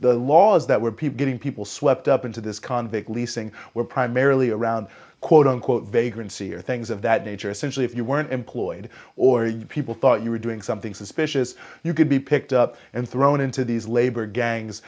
the laws that were people getting people swept up into this convict leasing were primarily around quote unquote vagrancy or things of that nature essentially if you weren't employed or you people thought you were doing something suspicious you could be picked up and thrown into these labor gangs